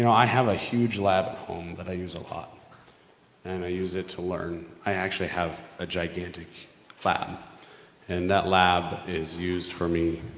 you know i have a huge lab at home that i use a lot and i use it to learn. i actually have a gigantic lab and that lab is used for me.